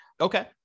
Okay